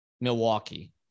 Milwaukee